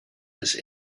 his